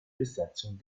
besatzung